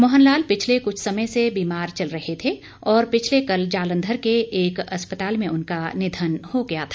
मोहन लाल पिछले कुछ समय से बीमार चल रहे थे और पिछले कल जालंधर के एक अस्पताल में उनका निधन हो गया था